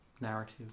Narrative